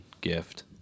gift